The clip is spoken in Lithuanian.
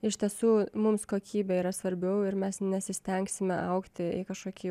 iš tiesų mums kokybė yra svarbiau ir mes nesistengsime augti į kažkokį